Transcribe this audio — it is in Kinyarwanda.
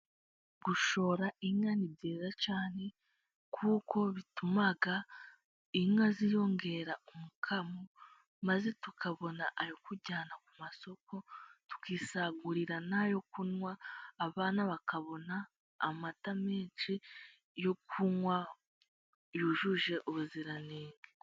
Gushora inka ni byiza cyane kuko bituma inka ziyongera umukamo maze tukabona ayo kujyana ku masoko tukisagurira nayo kunywa, abana bakabona amata menshi yo kunywa yujuje ubuziranenge.